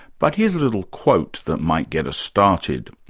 but here's a little quote that might get us started.